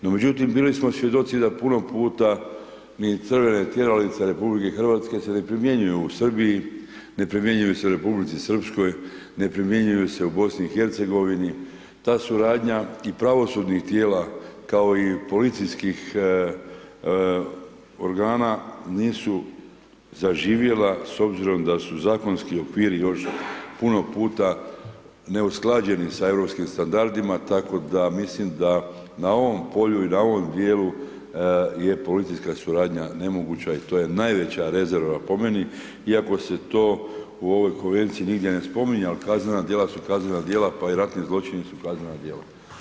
No, bili smo svjedoci da puno puta ni crvene tjeralice RH se ne primjenjuju u Srbiji, ne primjenjuju se u Republici Srpskoj, ne primjenjuju se u BiH, ta suradnja i pravosudnih tijela, kao i policijskih organa, nisu zaživjela s obzirom da su zakonski okviri još puno puta neusklađeni sa europskim standardima, tako da, mislim da na ovom polju i na ovom dijelu je policijska suradnja nemoguća i to je najveća rezerva po meni iako se to u ovoj Konvenciji nigdje ne spominje, ali kaznena dijela su kaznena djela, pa i ratni zločini su kaznena dijela.